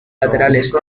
laterales